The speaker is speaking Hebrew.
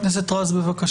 רז, בבקשה.